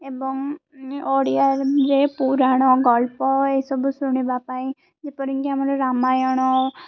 ଏବଂ ଓଡ଼ିଆରେ ପୁରାଣ ଗଳ୍ପ ଏସବୁ ଶୁଣିବା ପାଇଁ ଯେପରିକି ଆମର ରାମାୟଣ